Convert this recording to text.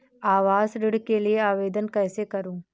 आवास ऋण के लिए आवेदन कैसे करुँ?